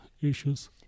issues